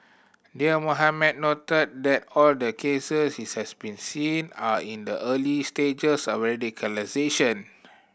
Dear Mohamed noted that all the case he has been seen are in the early stages of radicalisation